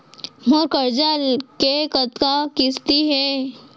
मोर करजा के कतका किस्ती हे?